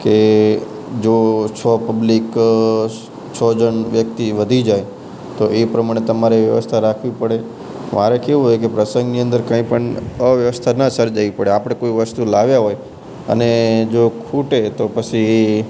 કે જો સો પબ્લિક સો જણ વ્યક્તિ વધી જાય તો એ પ્રમાણે તમારે વ્યવસ્થા રાખવી પડે મારે કેવું હોય કે પ્રસંગની અંદર કંઇપણ અવ્યવસ્થા ના સર્જાવી પડે આપણે કોઈ વસ્તુ લાવ્યા હોય અને જો ખૂટે તો પછી